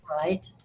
Right